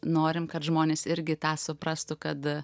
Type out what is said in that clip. norim kad žmonės irgi tą suprastų kad